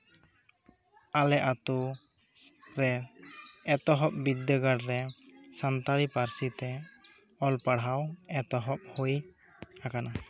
ᱟᱞᱮ ᱟᱹᱛᱩ ᱨᱮ ᱮᱛᱚᱦᱚᱵ ᱵᱤᱫᱽᱫᱟᱹᱜᱟᱲ ᱨᱮ ᱥᱟᱱᱛᱟᱲᱤ ᱯᱟᱹᱨᱥᱤ ᱛᱮ ᱚᱞᱼᱯᱟᱲᱦᱟᱣ ᱮᱛᱚᱦᱚᱵ ᱦᱩᱭ ᱟᱠᱟᱱᱟ